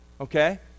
okay